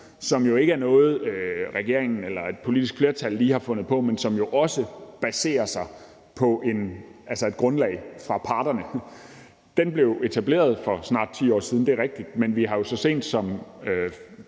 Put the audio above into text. som jo ikke er noget, regeringen eller et politisk flertal lige har fundet på, men som også baserer sig på et grundlag hos parterne, blev etableret for snart 10 år siden. Det er rigtigt. Men vi har jo så sent som